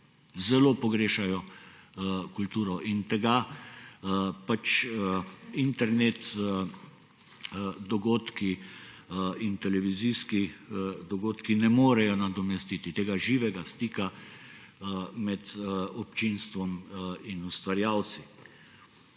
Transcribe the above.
zelo pogrešajo kulturo. Internetni dogodki in televizijski dogodki ne morejo nadomestiti tega živega stika med občinstvom in ustvarjalci.